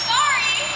Sorry